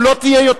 לא יכול.